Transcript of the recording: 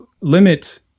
limit